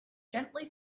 gently